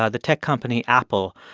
ah the tech company apple.